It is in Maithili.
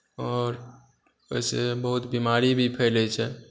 आओर ओहिसॅं बहुत बिमारी भी फैलै छै